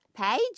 page